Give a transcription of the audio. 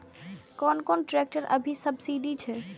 कोन कोन ट्रेक्टर अभी सब्सीडी छै?